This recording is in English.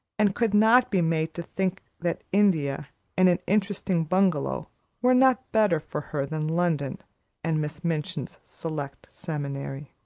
and could not be made to think that india and an interesting bungalow were not better for her than london and miss minchin's select seminary.